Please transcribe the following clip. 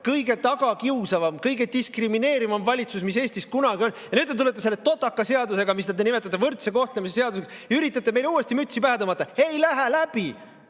kõige tagakiusavam, kõige diskrimineerivam valitsus, mis Eestis kunagi on olnud. Nüüd te tulete selle totaka seadusega, mida te nimetate võrdse kohtlemise seaduseks, ja üritate meile uuesti mütsi pähe tõmmata. Ei lähe läbi!